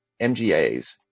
MGAs